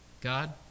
God